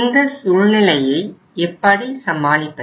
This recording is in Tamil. இந்த சூழ்நிலையை எப்படி சமாளிப்பது